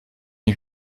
ich